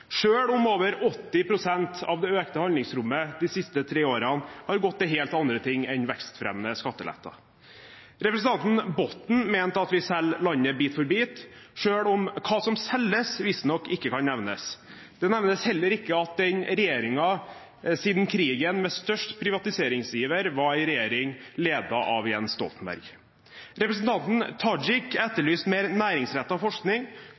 om over 80 pst. av det økte handlingsrommet de siste tre årene har gått til helt andre ting enn vekstfremmende skatteletter. Representanten Botten mente at vi selger landet bit for bit, selv om hva som selges, visstnok ikke kan nevnes. Det nevnes heller ikke at den regjeringen siden krigen med størst privatiseringsiver, var en regjering ledet av Jens Stoltenberg. Representanten Tajik etterlyste mer næringsrettet forskning,